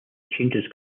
changes